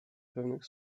pewnych